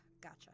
gotcha